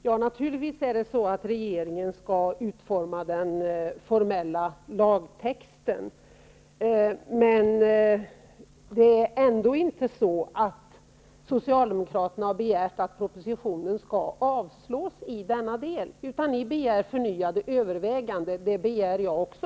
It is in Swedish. Herr talman! Naturligtvis skall regeringen utforma den formella lagtexten. Men det är ändå inte så att Socialdemokraterna har begärt att propositionen skall avslås i denna del, utan ni begär förnyade överväganden. Det begär jag också.